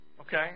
Okay